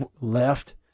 left